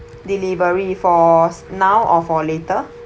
delivery for now or for later